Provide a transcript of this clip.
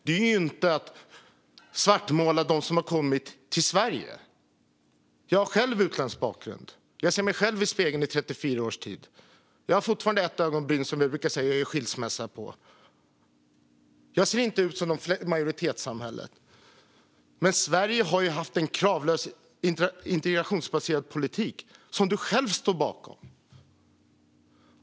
Detta är inte att svartmåla dem som har kommit till Sverige. Jag har själv utländsk bakgrund. Jag har sett mig själv i spegeln i 34 års tid. Jag har fortfarande ett ögonbryn som jag brukar säga att jag gör skilsmässa på. Jag ser inte ut som de i majoritetssamhället. Sverige har haft en kravlös integrationsbaserad politik som du själv står bakom.